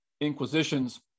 inquisitions